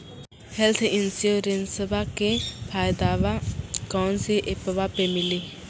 Health इंश्योरेंसबा के फायदावा कौन से ऐपवा पे मिली?